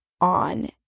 on